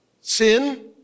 sin